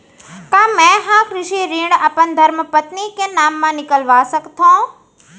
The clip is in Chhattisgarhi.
का मैं ह कृषि ऋण अपन धर्मपत्नी के नाम मा निकलवा सकथो?